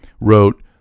wrote